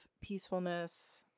peacefulness